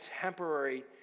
temporary